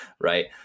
right